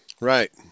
Right